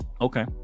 Okay